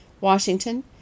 Washington